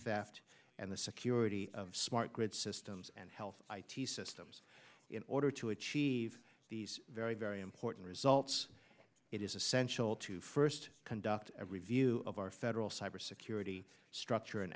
theft and the security of smart grid systems and health i t systems in order to achieve these very very important results it is essential to first conduct a review of our federal cyber security structure an